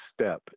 step